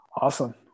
Awesome